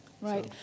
Right